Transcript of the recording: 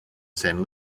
san